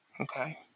Okay